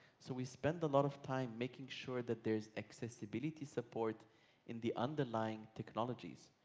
so we spend a lot of time making sure that there is accessibility support in the underlying technologies.